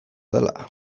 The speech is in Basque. dela